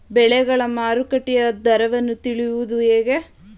ಬೆಳೆಗಳ ಮಾರುಕಟ್ಟೆಯ ದರವನ್ನು ತಿಳಿಯುವುದು ಹೇಗೆ?